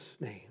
name